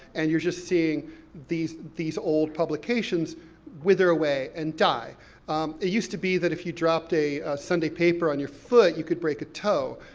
and you're just seeing these these old publications wither away and die. it used to be that if you dropped a sunday paper on your foot, you could break a toe.